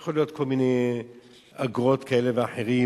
יכול להיות כל מיני אגרות כאלה ואחרות,